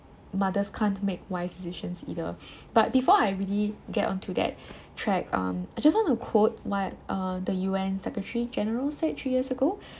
mothers can't make wise decision either but before I really get onto that track um I just want to quote what uh the U_N secretary general said three years ago